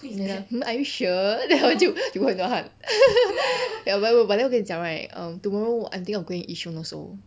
ya are you sure then 他们就流很多汗 ya but but then 我跟你讲 right um tomorrow I'm thinking of going yishun also